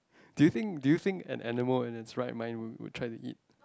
do you think do you think an enamor in the try my try to eat